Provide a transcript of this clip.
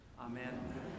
Amen